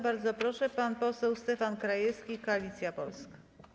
Bardzo proszę, pan poseł Stefan Krajewski, Koalicja Polska.